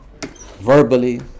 Verbally